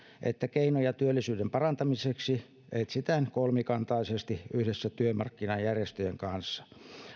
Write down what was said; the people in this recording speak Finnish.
että keinoja työllisyyden parantamiseksi etsitään kolmikantaisesti yhdessä työmarkkinajärjestöjen kanssa